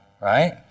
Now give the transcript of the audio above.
right